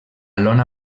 lona